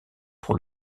pour